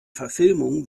verfilmung